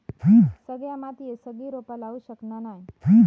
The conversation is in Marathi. सगळ्या मातीयेत सगळी रोपा लावू शकना नाय